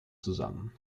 zusammen